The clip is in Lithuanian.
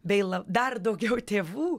bei dar daugiau tėvų